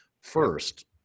first